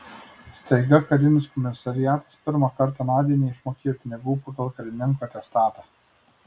staiga karinis komisariatas pirmą kartą nadiai neišmokėjo pinigų pagal karininko atestatą